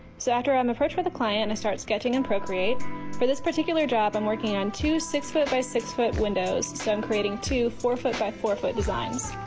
so after on the fridge with the client, i started sketching and procreate for this particular job, i'm working on two, six foot by six foot windows. so i'm creating two, four foot by four foot designs.